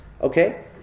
Okay